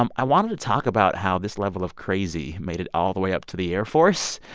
um i wanted to talk about how this level of crazy made it all the way up to the air force.